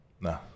No